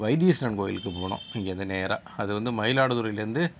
வைத்தீஸ்வரன் கோயிலுக்கு போனோம் இங்கிருந்து நேராக அது வந்து மயிலாடுதுறையிலிருந்து